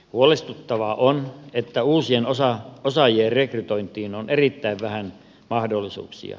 huolestuttavaa on että uusien osaajien rekrytointiin on erittäin vähän mahdollisuuksia